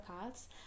cards